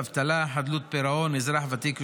אבטלה, חדלות פירעון, אזרח ותיק ושאירים.